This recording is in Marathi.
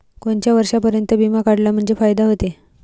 कोनच्या वर्षापर्यंत बिमा काढला म्हंजे फायदा व्हते?